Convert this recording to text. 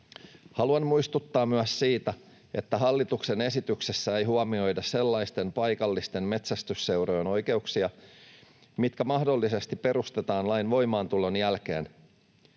Haluan muistuttaa myös siitä, että hallituksen esityksessä ei huomioida sellaisten paikallisten metsästysseurojen oikeuksia, mitkä mahdollisesti perustetaan lain voimaantulon jälkeen.